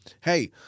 hey